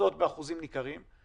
יורדות באחוזים ניכרים,